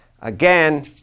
Again